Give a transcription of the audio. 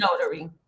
notary